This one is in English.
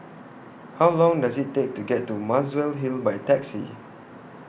How Long Does IT Take to get to Muswell Hill By Taxi